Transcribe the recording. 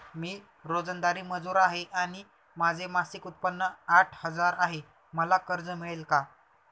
मी रोजंदारी मजूर आहे आणि माझे मासिक उत्त्पन्न आठ हजार आहे, मला कर्ज मिळेल का?